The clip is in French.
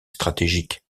stratégique